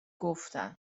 گفتن